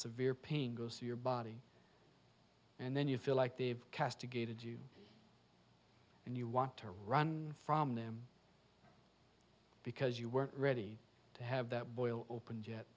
severe pain goes through your body and then you feel like they've castigated you and you want to run from them because you weren't ready to have that boil open